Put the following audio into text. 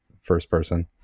first-person